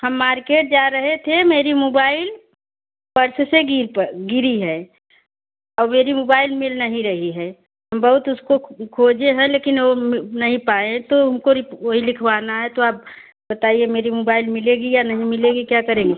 हम मार्केट जा रहे थे मेरी मोबाइल पर्स से गिर गिरी है और मेरी मुबाइल मिल नहीं रही है हम बहुत उसको खोजे हैं लेकिन वो नहीं पाए तो उनको वही लिखवाना है तो आप बताइए मेरी मुबाइल मिलेगी या नहीं मिलेगी क्या करेंगे